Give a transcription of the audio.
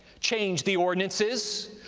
changed the ordinances,